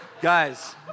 Guys